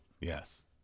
Yes